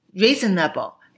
reasonable